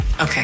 Okay